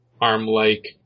arm-like